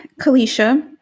Kalisha